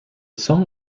song